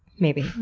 maybe?